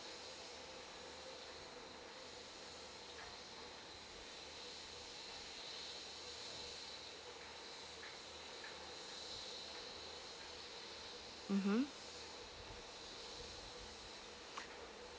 mmhmm